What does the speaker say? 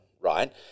right